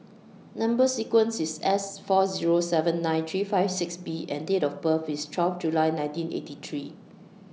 Number sequence IS S four Zero seven nine three five six B and Date of birth IS twelve July nineteen eighty three